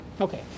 Okay